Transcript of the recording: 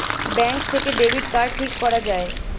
bank থেকে debit card ঠিক করা যায়